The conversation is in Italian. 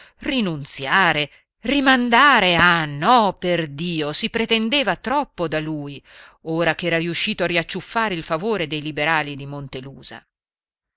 rinunziare rimandare ah no perdio si pretendeva troppo da lui ora ch'era riuscito a riacciuffare il favore dei liberali di